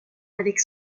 avec